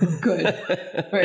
Good